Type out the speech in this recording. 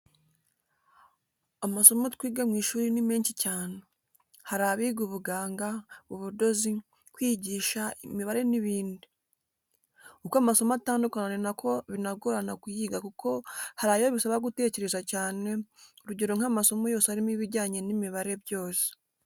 Amasomo twiga mu ishuri ni menshi cyane. Hari abiga ubuganga, ubudozi, kwigisha, imibare n'ibindi. Uko amasomo atandukana ni na ko binagorana kuyiga kuko hari ayo bisaba gutekereza cyane, urugero nk'amasomo yose arimo ibijyanye n'imibare byose.